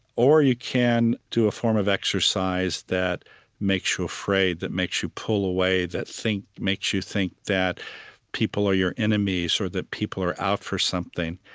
or you can do a form of exercise that makes you afraid, that makes you pull away, that makes you think that people are your enemies, or that people are out for something.